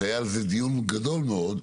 שהיה על זה דיון גדול מאוד.